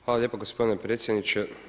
Hvala lijepo gospodine predsjedniče.